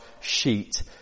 sheet